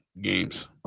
games